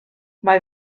mae